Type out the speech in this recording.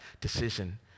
decision